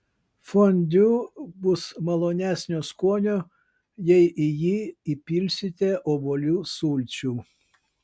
fondiu bus malonesnio skonio jei į jį įpilsite obuolių sulčių